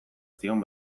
zion